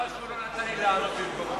חבל שהוא לא נתן לי לענות במקומו.